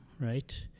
right